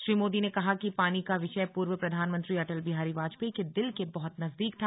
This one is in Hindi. श्री मोदी ने कहा कि पानी का विषय पूर्व प्रधानमंत्री अटल बिहारी वाजपेयी के दिल के बहुत नजदीक था